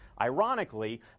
ironically